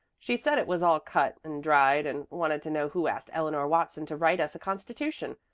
she said it was all cut and dried, and wanted to know who asked eleanor watson to write us a constitution.